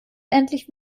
endlich